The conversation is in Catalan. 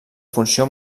funció